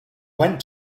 went